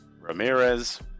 Ramirez